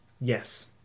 Yes